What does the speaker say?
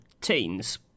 teens